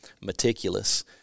meticulous